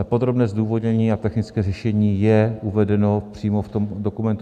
Podrobné zdůvodnění a technické řešení je uvedeno přímo v dokumentu 6215.